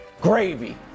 Gravy